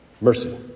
mercy